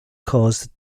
caused